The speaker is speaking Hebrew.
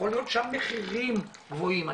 יכול להיות שהמחירים גבוהים.